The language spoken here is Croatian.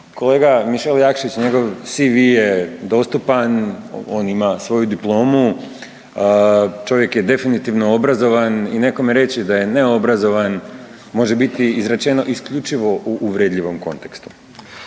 kolega Mišel Jakšić i njegov CV je dostupan, on ima svoju diplomu, čovjek je definitivno obrazovan i nekome reći da je neobrazovan može biti rečeno isključivo u uvredljivom kontekstu.